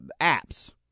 apps